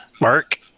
Mark